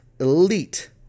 elite